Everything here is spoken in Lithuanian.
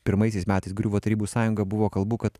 pirmaisiais metais griuvo tarybų sąjunga buvo kalbų kad